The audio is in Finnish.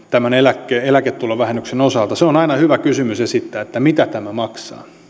tämän eläketulovähennyksen osalta on aina hyvä esittää kysymys mitä tämä maksaa